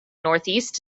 northeast